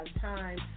time